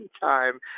time